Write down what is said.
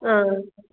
ꯑꯥ